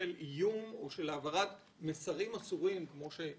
של איום או של העברת מסרים אסורים לדח"צ?